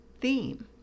theme